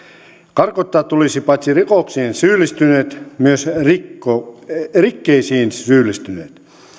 karkottaa tulisi paitsi rikoksiin syyllistyneet myös rikkeisiin syyllistyneet